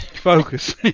Focus